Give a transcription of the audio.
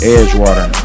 Edgewater